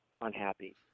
unhappy